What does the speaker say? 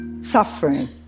suffering